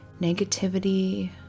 negativity